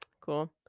cool